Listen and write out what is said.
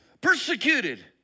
Persecuted